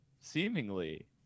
seemingly